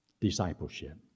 Discipleship